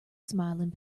smiling